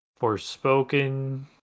Forspoken